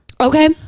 okay